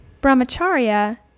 Brahmacharya